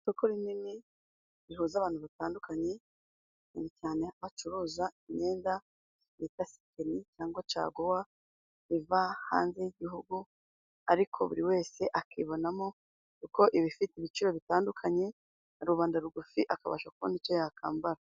Isoko rinini rihuza abantu batandukanye cyane cyane abacuruza imyenda bita sekeni cyangwa caguwa, iva hanze y'Igihugu ariko buri wese akibonamo kuko iba ifite ibiciro bitandukanye. Rubanda rugufi akabasha kubona icyo yakambara.